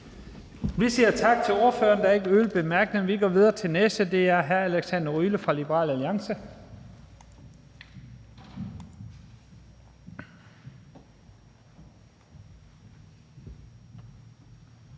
Vi siger tak til ordføreren. Der er ikke yderligere bemærkninger. Vi går videre til den næste ordfører. Det er hr. Alexander Ryle fra Liberal Alliance.